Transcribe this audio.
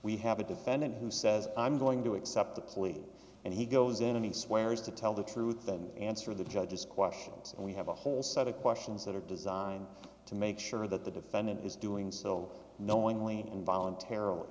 we have a defendant who says i'm going to accept a plea and he goes in and he swears to tell the truth and answer the judge's questions and we have a whole set of questions that are designed to make sure that the defendant is doing so knowingly and voluntarily